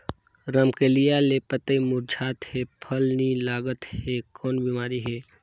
रमकलिया के पतई मुरझात हे फल नी लागत हे कौन बिमारी हे?